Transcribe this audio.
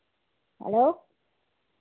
hello